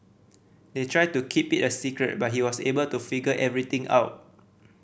they tried to keep it a secret but he was able to figure everything out